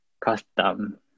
custom